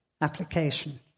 application